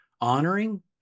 honoring